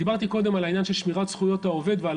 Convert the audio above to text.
דיברתי קודם על העניין של שמירת זכויות העובד ועל